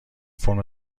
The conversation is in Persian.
فرم